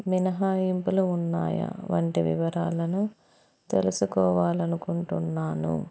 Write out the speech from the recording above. మినహాయింపులు ఉన్నాయా వంటి వివరాలను తెలుసుకోవాలి అనుకుంటున్నాను